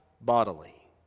bodily